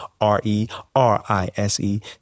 R-E-R-I-S-E